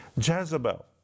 Jezebel